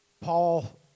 Paul